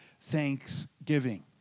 thanksgiving